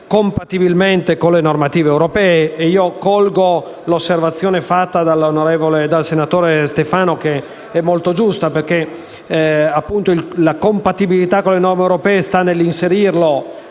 compatibilmente con le normative europee. Accolgo l’osservazione del senatore Stefano, che è molto giusta, perché la compatibilità con le norme europee sta nell’inserire